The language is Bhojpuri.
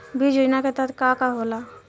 बीज योजना के तहत का का होला?